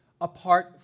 apart